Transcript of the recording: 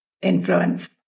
influence